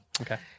Okay